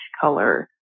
color